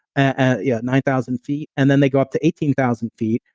ah yeah nine thousand feet, and then they go up to eighteen thousand feet.